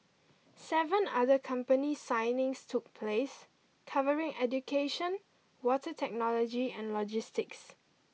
seven other company signings took place covering education water technology and logistics